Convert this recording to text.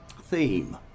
theme